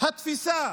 התפיסה